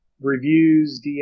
Reviews